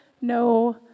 no